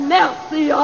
mercy